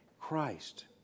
Christ